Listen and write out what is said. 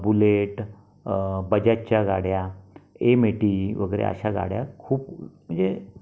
bullet बजाजच्या गाड्या M eighty वगैरे अशा गाड्या खूप म्हणजे